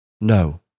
No